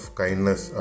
kindness